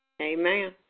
Amen